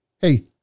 Hey